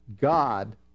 God